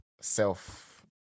self